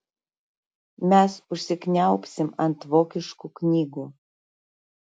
mes užsikniaubsim ant vokiškų knygų